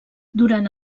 durant